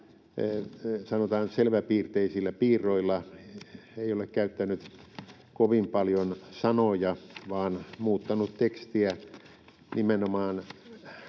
sanotaan, selväpiirteisillä piirroilla, ei ole käyttänyt kovin paljon sanoja vaan muuttanut tekstiä nimenomaan